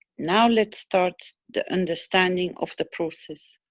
now let's start the understanding of the process.